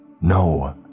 No